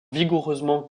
vigoureusement